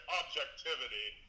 objectivity